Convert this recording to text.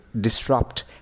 disrupt